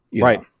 right